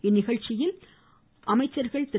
இந்நிகழ்ச்சியில் துணை அமைச்சர்கள் திரு